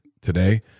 today